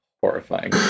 Horrifying